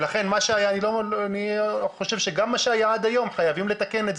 אני חושב שגם מה שהיה עד היום, חייבים לתקן.